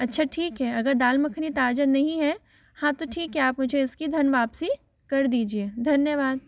अच्छा ठीक है अगर दाल मखनी ताज़ा नहीं है हाँ तो ठीक है आप मुझे इसकी धन वापसी कर दीजिये धन्यवाद